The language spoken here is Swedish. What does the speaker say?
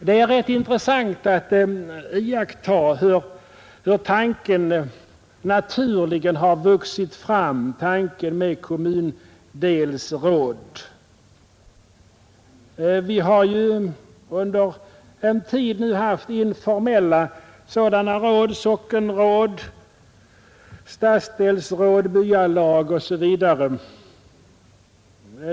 Det är rätt intressant att iaktta hur tanken på kommundelsråd naturligen har vuxit fram. Vi har ju under en tid nu haft informella sådana råd — sockenråd, stadsdelsråd, byalag osv.